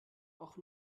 auch